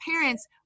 parents